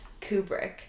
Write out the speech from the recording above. Kubrick